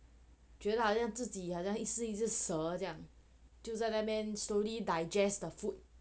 觉得好像自己好像一只一只蛇这样就在那边 slowly digest the food